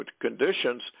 conditions